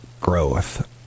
growth